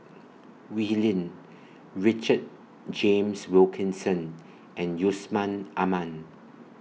Wee Lin Richard James Wilkinson and Yusman Aman